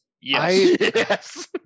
Yes